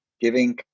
giving